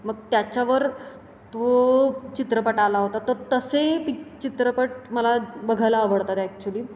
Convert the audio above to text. मग त्याच्यावर तो चित्रपट आला होता तर तसे पिक् चित्रपट मला बघायला आवडतात ॲक्चुअली